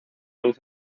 luz